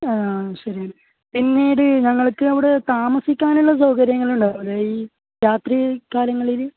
ആ ശരി പിന്നീട് ഞങ്ങൾക്കിവിടെ താമസിക്കാനുള്ള സൗകര്യങ്ങൾ ഉണ്ടോ അവിടെ ഈ രാത്രികാലങ്ങളിൽ